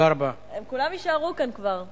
הם כולם יישארו כאן, כבר.